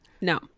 no